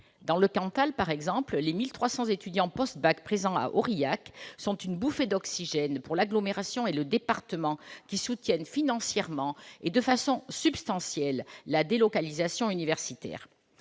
Dans le Cantal, par exemple, les 1 300 étudiants post-bac présents à Aurillac sont une bouffée d'oxygène pour l'agglomération et le département, qui soutiennent financièrement, et de façon substantielle, la délocalisation universitaire.